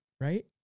right